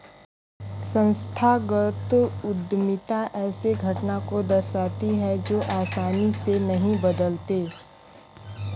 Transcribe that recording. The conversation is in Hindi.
संस्थागत उद्यमिता ऐसे घटना को दर्शाती है जो आसानी से नहीं बदलते